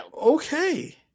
Okay